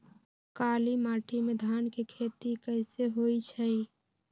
काली माटी में धान के खेती कईसे होइ छइ?